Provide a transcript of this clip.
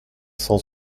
cent